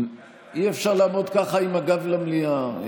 אי-אפשר לעמוד ככה עם הגב למליאה.